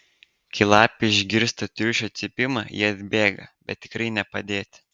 kai lapė išgirsta triušio cypimą ji atbėga bet tikrai ne padėti